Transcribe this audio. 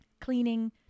Cleaning